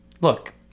Look